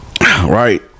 Right